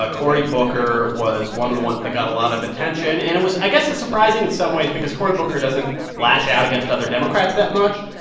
ah cory booker was one of the ones that got a lot of attention. and it was i guess it's surprising in some ways because cory booker doesn't lash out against other democrats that much.